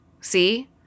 See